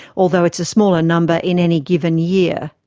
although it's a smaller number in any given year.